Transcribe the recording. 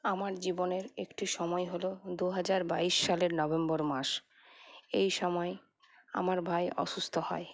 আমার জীবনের একটি সময় হল দু হাজার বাইশ সালের নভেম্বর মাস এই সময় আমার ভাই অসুস্থ হয়